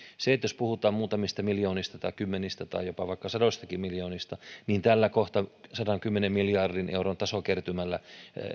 jos puhutaan muutamista miljoonista tai kymmenistä tai jopa vaikka sadoistakin miljoonista niin tällä kohta sadankymmenen miljardin euron tasokertymällä